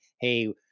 hey